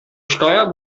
steuer